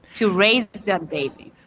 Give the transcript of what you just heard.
to raise that baby.